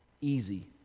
easy